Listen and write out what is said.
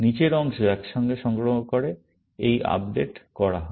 নীচের অংশ একসঙ্গে সংগ্রহ করে এই আপডেট করা হয়